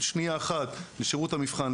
לשירות המבחן,